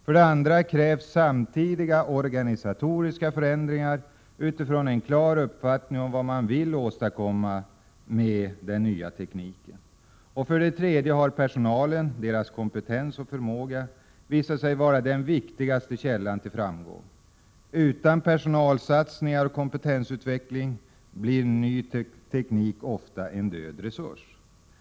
För det andra krävs samtidiga organisatoriska förändringar utifrån en klar uppfattning om vad man vill åstadkomma med den nya tekniken. För det tredje har personalen, dess kompetens och förmåga, visat sig vara den viktigaste källan till framgång. Utan personalsatsningar och kompetensutveckling blir ny teknik ofta en död resurs. Förnyelsen måste n» Prot.